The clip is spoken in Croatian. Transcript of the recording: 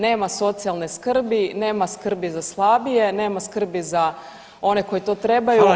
Nema socijalne skrbi, nema skrbi za slabije, nema skrbi za one koji to trebaju